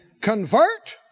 convert